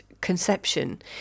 conception